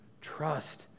Trust